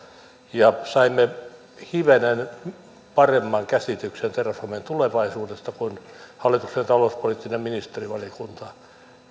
ja saimme hivenen paremman käsityksen terrafamen tulevaisuudesta kuin hallituksen talouspoliittinen ministerivaliokunta